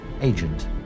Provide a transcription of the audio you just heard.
agent